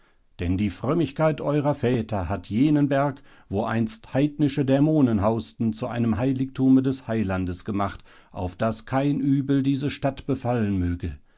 denn die frömmigkeit eurer väter hat jenen berg wo einst heidnische dämonen hausten zu einem heiligtume des heilandes gemacht auf daß kein übel diese stadt befallen möge